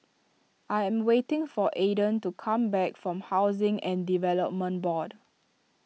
I am waiting for Aiden to come back from Housing and Development Board